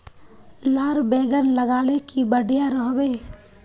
लार बैगन लगाले की बढ़िया रोहबे?